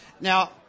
Now